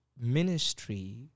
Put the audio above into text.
ministry